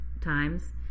times